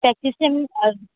আমি